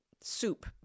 soup